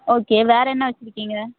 okay வேறு என்ன வச்சுருக்கீங்க